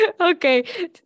okay